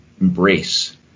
embrace